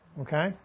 Okay